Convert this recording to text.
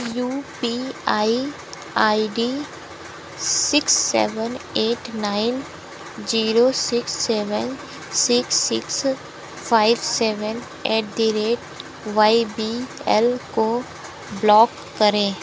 you P I I D six seven eight nine zero six seven six six five seven eight the rate Y B L को block करें